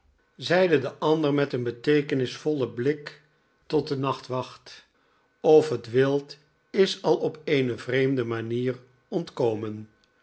zeide de ander met een beteekenisdankbaabheid van hamilton vollen blik tot den nachtwacht of net wild is al op eenevreemde manier ontkomen